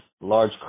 large